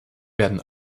werden